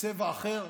בצבע אחר,